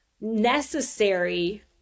necessary